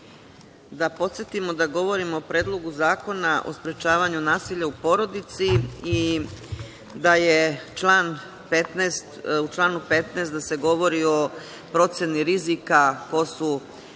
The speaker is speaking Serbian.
Da podsetimo da govorimo o Predlogu zakona o sprečavanju nasilja u porodici i da se u članu 15. govori o proceni rizika ko su